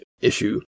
issue